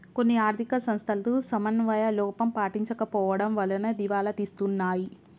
కొన్ని ఆర్ధిక సంస్థలు సమన్వయ లోపం పాటించకపోవడం వలన దివాలా తీస్తున్నాయి